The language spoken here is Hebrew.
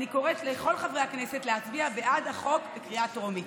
אני קוראת לכל חברי הכנסת להצביע בעד החוק בקריאה טרומית.